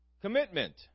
Commitment